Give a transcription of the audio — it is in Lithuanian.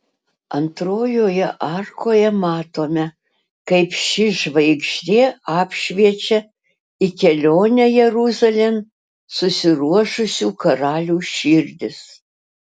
antrojoje arkoje matome kaip ši žvaigždė apšviečia į kelionę jeruzalėn susiruošusių karalių širdis